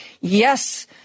yes